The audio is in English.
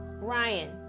Ryan